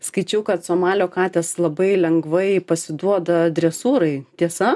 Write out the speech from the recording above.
skaičiau kad somalio katės labai lengvai pasiduoda dresūrai tiesa